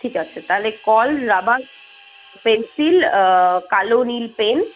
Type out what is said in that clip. ঠিক আছে তাহলে কল রাবার পেন্সিল কালো নীল পেন